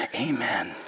amen